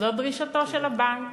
זאת דרישתו של הבנק.